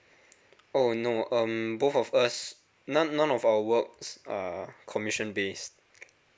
oh no um both of us none none of our works are commission based